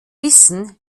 wissen